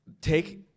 take